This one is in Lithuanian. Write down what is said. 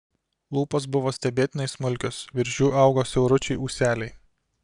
lūpos buvo stebėtinai smulkios virš jų augo siauručiai ūseliai